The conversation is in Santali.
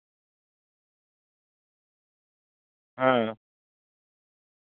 ᱦᱮᱸ